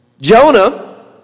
Jonah